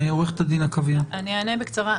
אני אענה בקצרה.